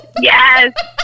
Yes